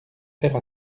faire